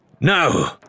No